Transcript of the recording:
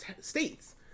states